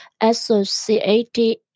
associated